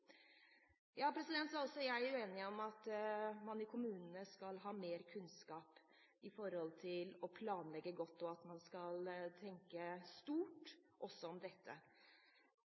Også jeg er enig i at man i kommunene skal ha mer kunnskap når det gjelder det å planlegge godt, og at man skal tenke stort også om dette.